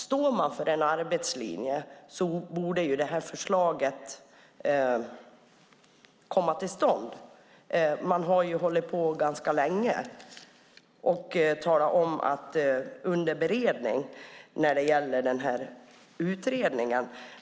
Står man för en arbetslinje borde detta förslag komma till stånd. Man har hållit på ganska länge och talat om att det är under beredning när det gäller utredningen.